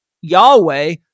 Yahweh